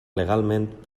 legalment